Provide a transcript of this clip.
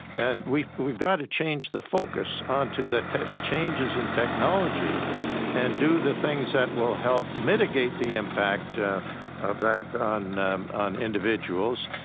and we've we've got to change the focus onto the the changes in technology and do the things that will help mitigate the impact of that on um on individuals.